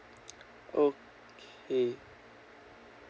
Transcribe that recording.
okay